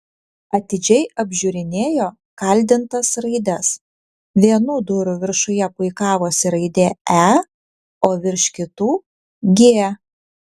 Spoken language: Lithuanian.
atidžiai apžiūrinėjo kaldintas raides vienų durų viršuje puikavosi raidė e o virš kitų g